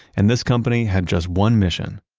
and this company had just one mission.